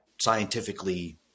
scientifically